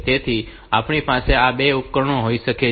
તેથી આપણી પાસે આ બે ઉપકરણો હોઈ શકે છે